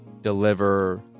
deliver